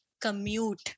commute